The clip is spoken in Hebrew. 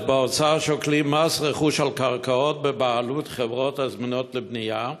באוצר שוקלים מס רכוש על קרקעות בבעלות חברות הזמינות לבנייה,